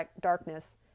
darkness